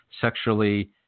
sexually